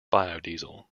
biodiesel